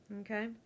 Okay